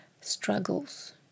struggles